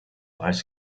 als